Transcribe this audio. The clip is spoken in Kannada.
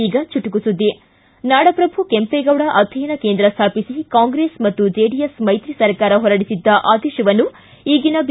ಈಗ ಚುಟುಕು ಸುದ್ದಿ ನಾಡಪ್ರಭು ಕೆಂಪೇಗೌಡ ಅಧ್ಯಯನ ಕೇಂದ್ರ ಸ್ಥಾಪಿಸಿ ಕಾಂಗ್ರೆಸ್ ಜೆಡಿಎಸ್ ಮೈತ್ರಿ ಸರ್ಕಾರ ಹೊರಡಿಸಿದ್ದ ಆದೇಶವನ್ನು ಈಗಿನ ಬಿ